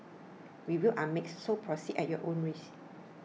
reviews are mixed so proceed at your own risk